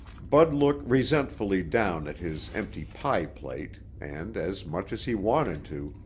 bud looked resentfully down at his empty pie plate and, as much as he wanted to,